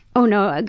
oh no, ah